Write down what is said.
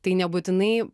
tai nebūtinai